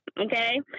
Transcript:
Okay